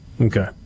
okay